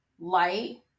light